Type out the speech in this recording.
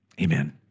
amen